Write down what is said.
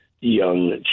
young